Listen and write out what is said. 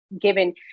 given